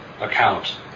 account